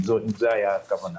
אם זו הייתה הכוונה.